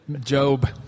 Job